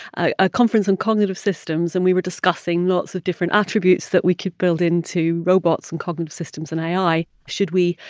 a conference on and cognitive systems, and we were discussing lots of different attributes that we could build into robots and cognitive systems in ai. should we,